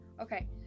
Okay